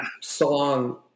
song